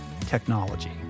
technology